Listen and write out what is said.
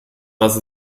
was